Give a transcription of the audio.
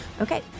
Okay